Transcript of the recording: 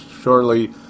shortly